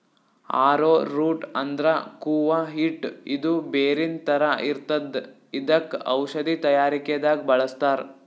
ಆರೊ root ಅಂದ್ರ ಕೂವ ಹಿಟ್ಟ್ ಇದು ಬೇರಿನ್ ಥರ ಇರ್ತದ್ ಇದಕ್ಕ್ ಔಷಧಿ ತಯಾರಿಕೆ ದಾಗ್ ಬಳಸ್ತಾರ್